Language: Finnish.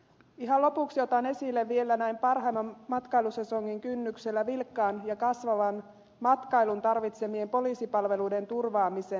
ihan lopuksi otan esille vielä näin parhaimman matkailusesongin kynnyksellä vilkkaan ja kasvavan matkailun tarvitsemien poliisipalvelujen turvaamisen